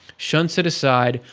shunts it aside,